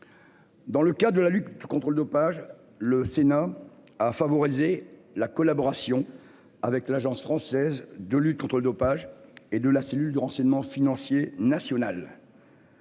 Dans le cas de la lutte contre le dopage. Le Sénat à favoriser la collaboration avec l'Agence française de lutte contre le dopage et de la cellule de renseignement financier national.